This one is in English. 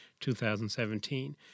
2017